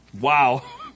Wow